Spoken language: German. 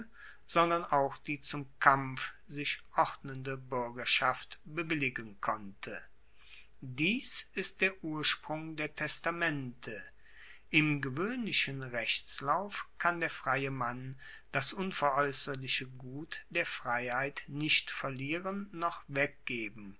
sondern auch die zum kampf sich ordnende buergerschaft bewilligen konnte dies ist der ursprung der testamente im gewoehnlichen rechtslauf kann der freie mann das unveraeusserliche gut der freiheit nicht verlieren noch weggeben